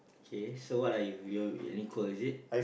okay so what are you you are equal is it